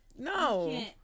no